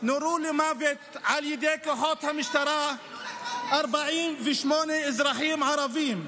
נורו למוות על ידי כוחות המשטרה 48 אזרחים ערבים.